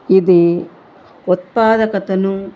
ఇది ఉత్పాదకతను